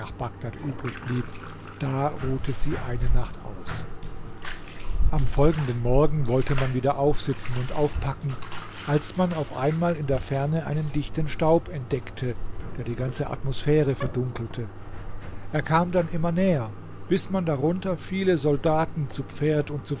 bagdad übrig blieb da ruhte sie eine nacht aus am folgenden morgen wollte man wieder aufsitzen und aufpacken als man auf einmal in der ferne einen dichten staub entdeckte der die ganze atmosphäre verdunkelte er kam dann immer näher bis man darunter viele soldaten zu pferd und